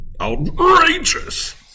OUTRAGEOUS